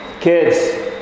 kids